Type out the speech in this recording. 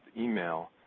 email